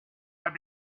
had